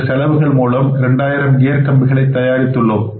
இந்த செலவுகள் மூலம் 2000 கியர் கம்பிகளை தயாரித்துள்ளோம்